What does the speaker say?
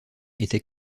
était